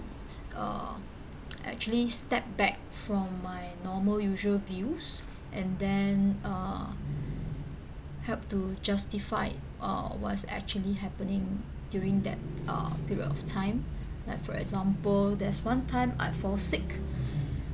uh actually step back from my normal usual views and then uh help to justify uh what's actually happening during that uh period of time like for example there's one time I fall sick